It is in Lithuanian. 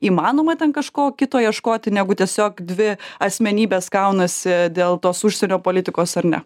įmanoma ten kažko kito ieškoti negu tiesiog dvi asmenybės kaunasi dėl tos užsienio politikos ar ne